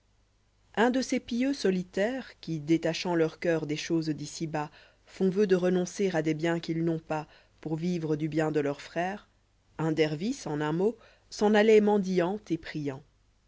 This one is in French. n de ces pieux solitaires qui détachant leurcoeur des choses d'ici bas font voeu de renoncer à des biens qu'ils n'ont pas pour vivre du bien de leurs frères un dervis en un mot s'en alloit mendiant et priant